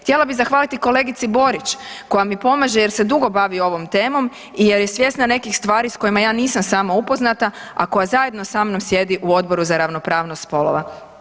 Htjela bih zahvaliti kolegici Borić koja mi pomaže jer se dugo bavi ovom temom i jer je svjesna nekih stvari s kojima ja nisam sama upoznata, a koja zajedno sa mnom sjedi u Odboru za ravnopravnost spolova.